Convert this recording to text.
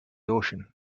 ocean